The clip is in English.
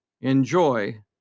enjoy